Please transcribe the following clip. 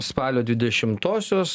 spalio dvidešimtosios